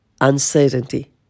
uncertainty